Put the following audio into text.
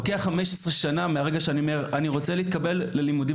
מהיום הראשון ללימודים